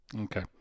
Okay